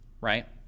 right